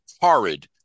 horrid